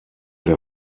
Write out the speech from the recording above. der